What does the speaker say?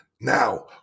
now